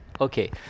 Okay